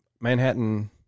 Manhattan